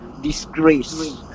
disgrace